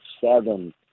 seven